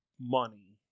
money